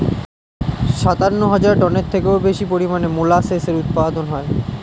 সাতান্ন হাজার টনের থেকেও বেশি পরিমাণে মোলাসেসের উৎপাদন হয়